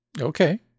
Okay